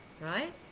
right